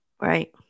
Right